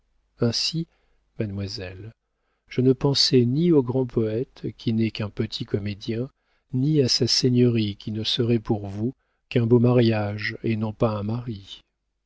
ainsi mademoiselle je ne pensais ni au grand poëte qui n'est qu'un petit comédien ni à sa seigneurie qui ne serait pour vous qu'un beau mariage et non pas un mari